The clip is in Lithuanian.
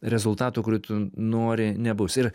rezultatų kurių tu nori nebus ir